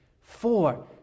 Four